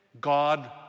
God